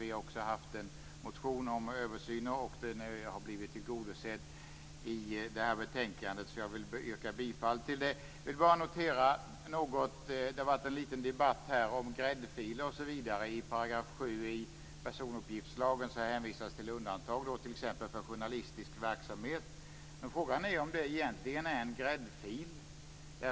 Vi har också haft en motion om översyn, och den har blivit tillgodosedd i det här betänkandet. Jag vill därför yrka bifall till hemställan i betänkandet. Jag vill bara säga något om den lilla debatt som har varit om gräddfil osv. I 7 § i personuppgiftslagen hänvisas till undantag t.ex. för journalistisk verksamhet. Men frågan är om det egentligen är en gräddfil.